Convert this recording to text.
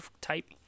type